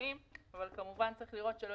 למבוטחים אבל כמובן צריך לראות שלא